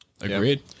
Agreed